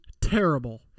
terrible